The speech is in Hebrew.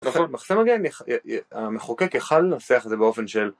המחוקק יכל לנסח את זה באופן של